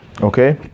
Okay